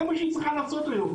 זה מה שהיא צריכה לעשות היום,